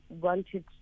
wanted